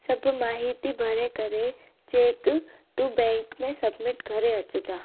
सभु मां ई थी भरे करे चेक तूं बैंक में सब्मिट करे अचिजे